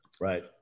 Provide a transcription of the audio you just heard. Right